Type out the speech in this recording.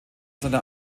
seiner